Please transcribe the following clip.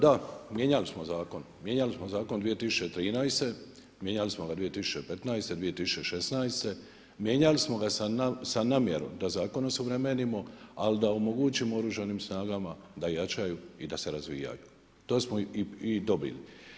Da, mijenjali smo zakon, mijenjali smo zakon 2013., mijenjali smo 2015., 2016., mijenjali smo ga sa namjerom da zakon osuvremenimo ali da omogućimo Oružanim snagama da jačaju i da se razvijaju, to smo i dobili.